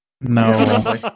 No